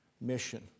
mission